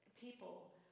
people